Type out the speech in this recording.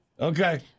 Okay